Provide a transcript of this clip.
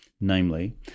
namely